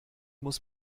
muss